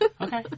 Okay